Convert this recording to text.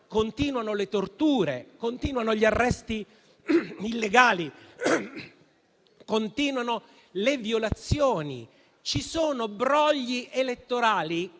continuano le torture, continuano gli arresti illegali, continuano le violazioni. Brogli elettorali